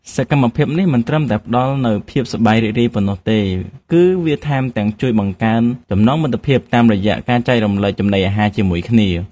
សកម្មភាពនេះមិនត្រឹមតែផ្ដល់នូវភាពសប្បាយរីករាយប៉ុណ្ណោះទេ គឺវាថែមទាំងជួយបង្កើនចំណងមិត្តភាពតាមរយៈការចែករំលែកចំណីអាហារជាមួយគ្នា។